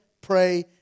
pray